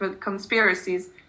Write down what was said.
conspiracies